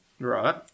Right